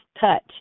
touch